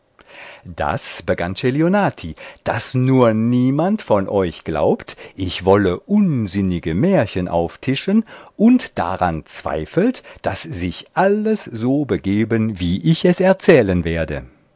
daß begann celionati daß nur niemand von euch glaubt ich wolle unsinnige märchen auftischen und daran zweifelt daß sich alles so begeben wie ich es erzählen werde